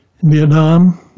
Vietnam